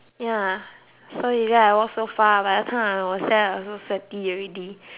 ya so you see I walk so far by the time I was there I was so sweaty already